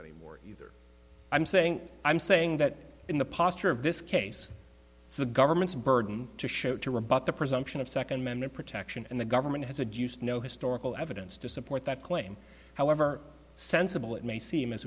anymore either i'm saying i'm saying that in the posture of this case it's the government's burden to show to rebut the presumption of second amendment protection and the government has a juice no historical evidence to support that claim however sensible it may seem as